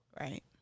Right